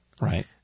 right